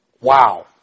Wow